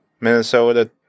Minnesota